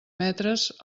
metres